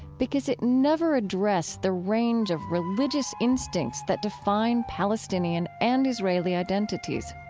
because it never addressed the range of religious instincts that define palestinian and israeli identities.